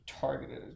targeted